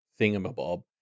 thingamabob